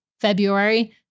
February